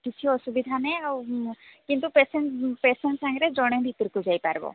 କିଛି ଅସୁବିଧା ନାହିଁ ଆଉ କିନ୍ତୁ ପେସେଣ୍ଟ ପେସେଣ୍ଟ ସାଙ୍ଗରେ ଜଣେ ଭିତରକୁ ଯାଇପାରିବ